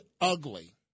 ugly